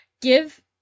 give